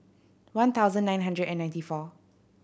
one thousand nine hundred and ninety four